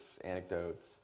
anecdotes